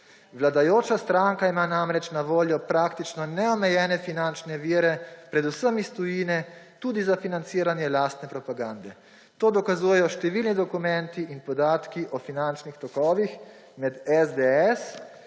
Vladajoča stranka ima namreč na voljo praktično neomejene finančne vire, predvsem iz tujine, tudi za financiranje lastne propagande. To dokazujejo številni dokumenti in podatki o finančnih tokovih med SDS,